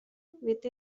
with